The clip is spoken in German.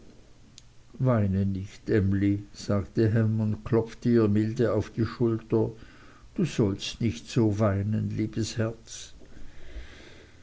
weine nicht emly sagte ham und klopfte ihr milde auf die schulter du sollst nicht so weinen liebes herz